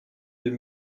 deux